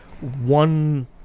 one